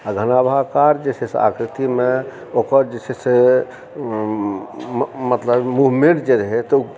आ घनाभाकार जे छै से आकृति मे ओकर जे छै मुभमेन्ट रहै तऽ ओ